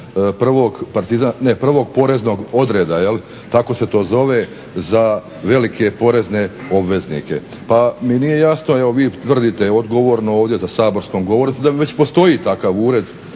prvog poreznog odreda. Tako se to zove za velike porezne obveznike, pa mi nije jasno evo vi tvrdite odgovorno ovdje za saborskom govornicom da već postoji takav ured